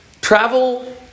Travel